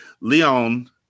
Leon